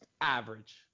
Average